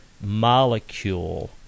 molecule